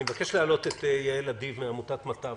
אני מבקש להעלות את יעל אדיב, מעמותת "מטב"